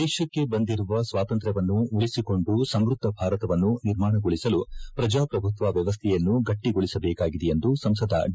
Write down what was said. ದೇಶಕ್ಕೆ ಬಂದಿರುವ ಸ್ವಾತಂತ್ರ್ಯವನ್ನು ಉಳಿಸಿಕೊಂಡು ಸಮೃದ್ಧ ಭಾರತವನ್ನು ನಿರ್ಮಾಣಗೊಳಿಸಲು ಪ್ರಜಾಪ್ರಭುತ್ವ ವ್ಯವಸ್ಥೆಯನ್ನು ಗಟ್ಟಗೊಳಿಸಬೇಕಾಗಿದೆ ಎಂದು ಸಂಸದ ಡಿ